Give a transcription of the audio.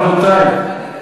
רבותי,